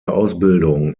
ausbildung